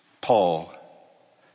Paul